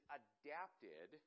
adapted